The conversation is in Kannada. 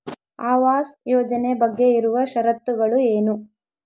ಆವಾಸ್ ಯೋಜನೆ ಬಗ್ಗೆ ಇರುವ ಶರತ್ತುಗಳು ಏನು?